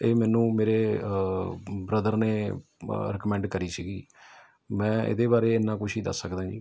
ਇਹ ਮੈਨੂੰ ਮੇਰੇ ਬ੍ਰਦਰ ਨੇ ਰਿਕਮੈਂਡ ਕਰੀ ਸੀ ਮੈਂ ਇਹਦੇ ਬਾਰੇ ਇੰਨਾ ਕੁਝ ਹੀ ਦੱਸ ਸਕਦਾ ਜੀ